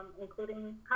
including